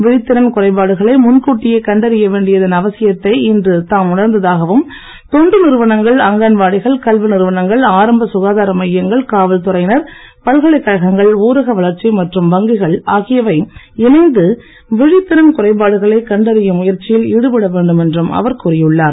விழித்திறன் குறைபாடுகளை முன்கூட்டியே கண்டறிய வேண்டியதன் அவசியத்தை இன்று தாம் உணர்ந்ததாகவும் தொண்டு நிறுவனங்கள் அங்கன்வாடிகள் கல்வி நிறுவனங்கள் ஆரம்ப சுகாதார மையங்கள் காவல்துறையினர் பல்கலைக்கழகங்கள் ஊரக வளர்ச்சி மற்றும் வங்கிகள் ஆகியவை இணைந்து விழித்திறன் குறைபாடுகளை கண்டறியும் முயற்சியில் ஈடுபடவேண்டும் என்றும் அவர் கூறியுள்ளார்